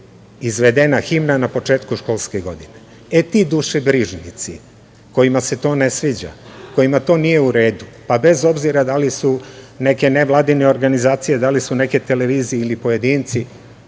izvedena himna na početku školske godine. E, ti dušebrižnici kojima se to ne sviđa, kojima to nije u redu, pa bez obzira da li su neke nevladine organizacije, da li su neke televizije ili pojedinci,